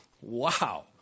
Wow